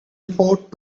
report